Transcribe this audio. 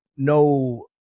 No